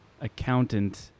accountant